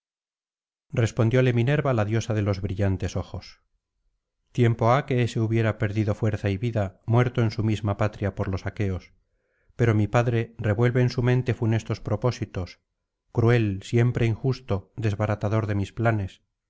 respondióle minerva la diosa de los brillantes ojos tiempo ha que ése hubiera perdido fuerza y vida muerto en su misma patria por los aqueos pero mi padre revuelve en su mente funestos propósitos cruel siempre injusto desbaratador de mis planes